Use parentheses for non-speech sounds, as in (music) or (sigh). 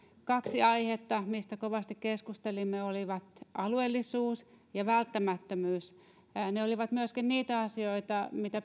kaksi aihetta mistä kovasti keskustelimme olivat alueellisuus ja välttämättömyys ne olivat myöskin niitä asioita mitä (unintelligible)